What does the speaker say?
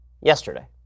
Yesterday